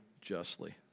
justly